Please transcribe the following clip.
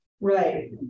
Right